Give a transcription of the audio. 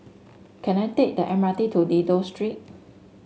can I take the M R T to Dido Street